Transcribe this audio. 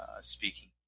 speaking